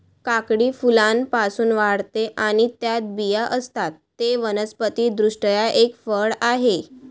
काकडी फुलांपासून वाढते आणि त्यात बिया असतात, ते वनस्पति दृष्ट्या एक फळ आहे